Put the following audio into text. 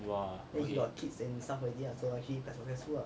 !wah! okay